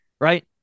right